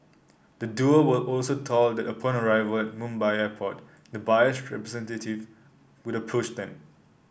the duo were also told that upon arrival Mumbai Airport the buyer's representative would approach them